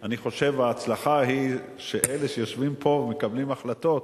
אני חושב שההצלחה היא שאלה שיושבים פה ומקבלים החלטות,